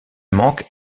manque